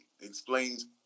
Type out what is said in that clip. explains